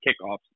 kickoffs